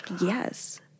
Yes